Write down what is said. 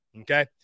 okay